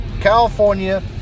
California